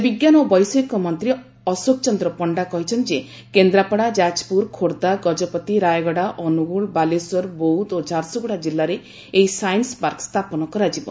ରାଜ୍ୟ ବିଙ୍କାନ ଓ ବୈଷୟିକ ମନ୍ତୀ ଅଶୋକ ଚନ୍ଦ୍ର ପଶ୍ତା କହିଛନ୍ତି ଯେ କେନ୍ଦ୍ରାପଡା ଯାଜପୁର ଖୋର୍କ୍ଣା ଗଜପତି ରାୟଗଡା ଅନୁଗୁଳ ବାଲେଶ୍ୱର ବୌଦ୍ଧ ଓ ଝାରସୁଗୁଡା କିଲ୍ଲାରେ ଏହି ସାଇନ୍ ପାର୍କ ସ୍ଥାପନ କରାଯିବ